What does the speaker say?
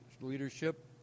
leadership